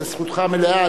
זאת זכותך המלאה,